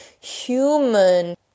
human